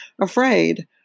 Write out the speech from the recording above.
afraid